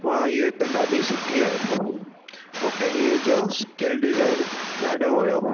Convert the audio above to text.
वाह इहा त ॾाढी सुठी आहे मूंखे इहे जो स्किल डिज़ाइन ॾाढो वणियो